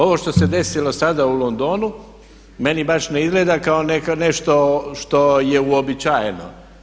Ovo što se desilo sada u Londonu meni baš ne izgleda kao nešto što je uobičajeno.